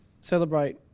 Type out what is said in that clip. Celebrate